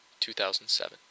2007